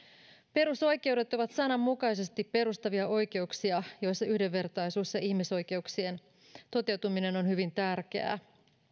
perusoikeudet ovat sananmukaisesti perustavia oikeuksia joissa yhdenvertaisuus ja ihmisoikeuksien toteutuminen on hyvin tärkeää